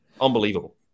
Unbelievable